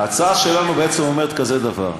ההצעה שלנו אומרת כזה דבר: